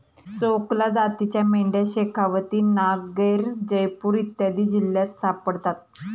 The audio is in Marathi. चोकला जातीच्या मेंढ्या शेखावती, नागैर, जयपूर इत्यादी जिल्ह्यांत सापडतात